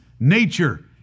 Nature